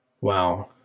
wow